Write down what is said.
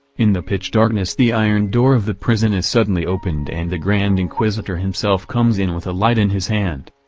in the pitch darkness the iron door of the prison is suddenly opened and the grand inquisitor himself comes in with a light in his hand.